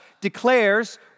declares